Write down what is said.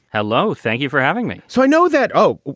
hello. thank you for having me. so i know that. oh,